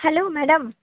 hello madam